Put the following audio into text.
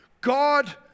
God